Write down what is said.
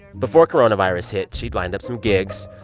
before coronavirus hit, she'd lined up some gigs.